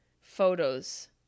photos